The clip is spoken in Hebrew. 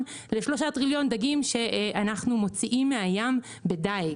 ל-3 טריליון דגים שאנחנו מוציאים מן הים בדיג.